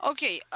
Okay